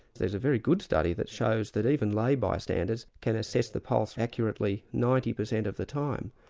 there's a very good study that shows that even lay bystanders can assess the pulse accurately ninety percent of the time,